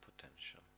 potential